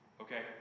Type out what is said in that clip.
Okay